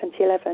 2011